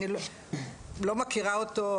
אני לא מכירה אותו,